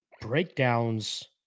breakdowns